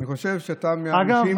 אגב,